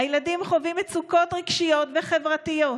הילדים חווים מצוקות רגשיות וחברתיות,